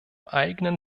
eigenen